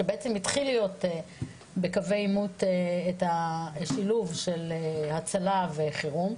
שבעצם התחיל להיות בקווי עימות את השילוב של הצלה וחירום.